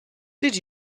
did